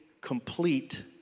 complete